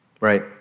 right